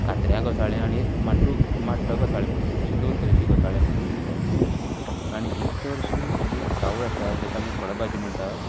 कात्र्यां घोसाळें आनी एक माटू माट्ट घोसाळें म्हण अशीं दोन तरेची घोसाळीं आमी पिकयतात आनी ही चडशीं जी पिकावळ आसा जांका आमी फळ भाजी म्हाणटा